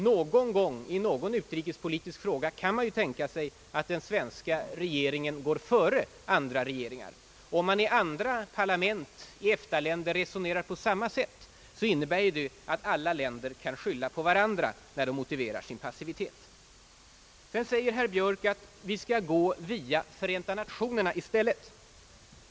Någon gång, i någon utrikespolitisk fråga, kan man ju tänka sig att den svenska regeringen går före andra regeringar. Om man i andra parlament i EFTA länder resonerar på samma sätt som herr Björk, så innebär ju det att alla länder kan skylla på varandra när de motiverar sin passivitet. Sedan säger herr Björk att vi skall gå via Förenta Nationerna i stället.